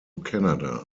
canada